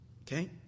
Okay